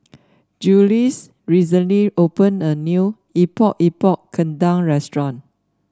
Jiles recently opened a new Epok Epok Kentang restaurant